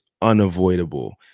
unavoidable